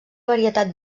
varietat